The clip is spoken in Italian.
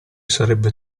sarebbe